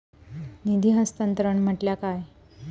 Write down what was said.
निधी हस्तांतरण म्हटल्या काय?